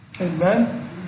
Amen